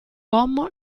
uomo